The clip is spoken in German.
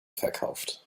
verkauft